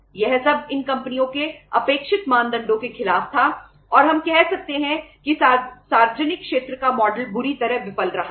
यह सब इन कंपनियों के अपेक्षित मानदंडों के खिलाफ था और हम कह सकते हैं कि सार्वजनिक क्षेत्र का मॉडल है